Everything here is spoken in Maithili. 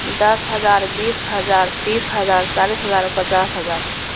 दस हजार बीस हजार तीस हजार चालिस हजार पचास हजार